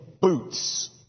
Boots